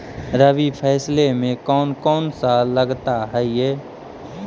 रबी फैसले मे कोन कोन सा लगता हाइय?